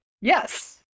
Yes